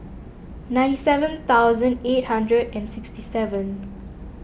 ninety seven thousand eight hundred and sixty seven